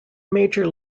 major